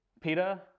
Peter